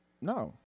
No